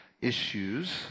issues